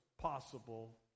possible